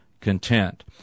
content